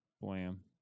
Blam